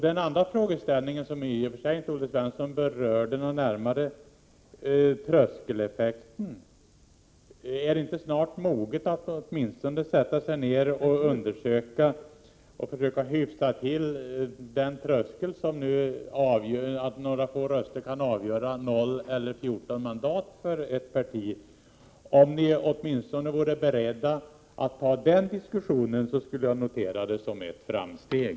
Den andra frågeställningen, som Olle Svensson i och för sig inte närmare berörde, gäller tröskeleffekten. Är inte tiden snart mogen för att man åtminstone skall sätta sig ned och försöka hyfsa till den tröskel som innebär att några få röster kan avgöra om ett parti får 0 eller 14 mandat? Om ni åtminstone vore beredda att ta den diskussionen, skulle jag notera det som ett framsteg.